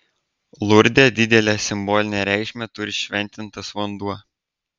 lurde didelę simbolinę reikšmę turi šventintas vanduo